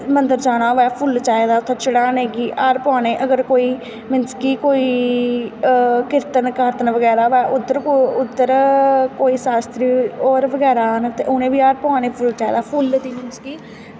मन्दर जाना होऐ फुल्ल चाहिदे उत्थै चढ़ानें गी हार पोआने गी अगर कोई मीनस कि कोई कीर्तन कुर्तन उद्धर कोई शास्त्री होर बगैरा आन ते उ'नें गी बी हार पोआना चाहिदा फुल्ल दा मीनस कि